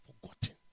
forgotten